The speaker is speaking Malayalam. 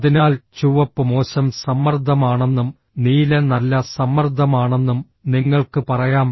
അതിനാൽ ചുവപ്പ് മോശം സമ്മർദ്ദമാണെന്നും നീല നല്ല സമ്മർദ്ദമാണെന്നും നിങ്ങൾക്ക് പറയാം